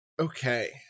Okay